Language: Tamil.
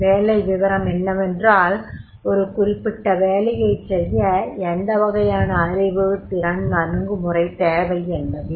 வேலை விவரம் என்னவென்றால் ஒரு குறிப்பிட்ட வேலையைச் செய்ய எந்த வகையான அறிவு திறன் அணுகுமுறை தேவை என்பதே